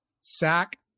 sack